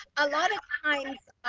a lot of times,